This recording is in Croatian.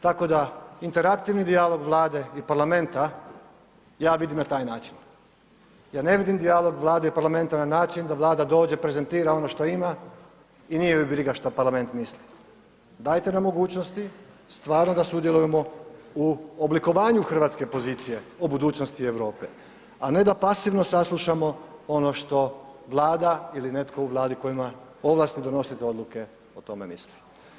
Tako da interaktivni dijalog Vlade i parlamenta ja vidim na taj način, ja ne vidim dijalog Vlade i parlamenta na način da Vlada dođe, prezentira ono što ima i nije ju briga šta parlament misli, dajte nam mogućnosti stvarno da sudjelujemo u oblikovanju hrvatske pozicije o budućnosti Europe, a ne da pasivno saslušamo ono što Vlada ili netko u Vladi ko ima ovlasti donosit odluke o tome misli.